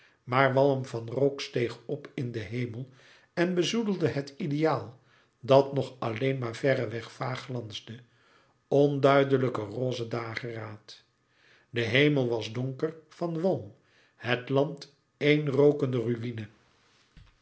maar walm van rook steeg op in den hemel en bezoedelde het ideaal dat nog alleen louis couperus metamorfoze maar verreweg vaag glansde onduidelijke roze dageraad de hemel was donker van walm het land éen rookende ruïne